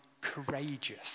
courageous